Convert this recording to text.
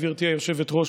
גברתי היושבת-ראש,